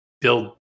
build